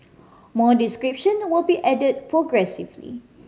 more description will be added progressively